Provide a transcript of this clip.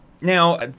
Now